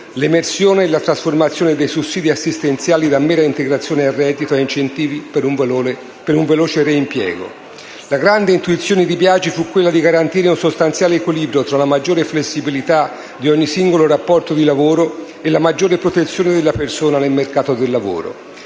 l'emersione e la trasformazione dei sussidi assistenziali da mera integrazione al reddito, a incentivi per un veloce reimpiego. La grande intuizione di Biagi fu quella di garantire un sostanziale equilibrio tra una maggiore flessibilità di ogni singolo rapporto di lavoro e la maggiore protezione della persona nel mercato del lavoro.